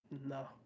No